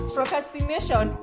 Procrastination